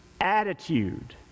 attitude